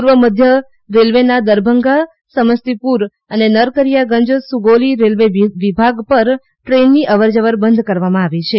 પૂર્વ મધ્ય રેલ્વેના દરભંગા સમસ્તીપુર અને નરકરિયાગંજ સુગોલી રેલ્વે વિભાગ પર ટ્રેનની અવરજવર બંધ કરવામાં આવી છે